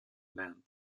band